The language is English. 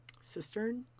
cistern